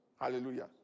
Hallelujah